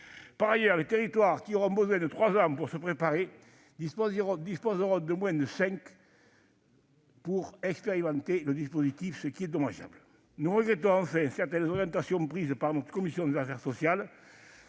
Par ailleurs, les territoires qui auront besoin de trois ans pour se préparer disposeront de moins de cinq ans pour expérimenter le dispositif, ce qui est dommageable. Nous regrettons, enfin, certaines orientations prises par notre commission des affaires sociales,